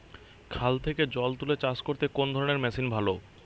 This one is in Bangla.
খাল থেকে জল তুলে চাষ করতে কোন ধরনের মেশিন ভালো?